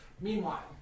Meanwhile